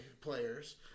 players